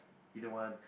either one